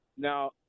Now